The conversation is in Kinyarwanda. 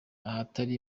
ahatari